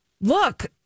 look